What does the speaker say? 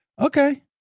Okay